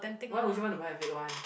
why would you want to buy a fake one